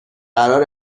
قرار